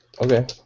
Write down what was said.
Okay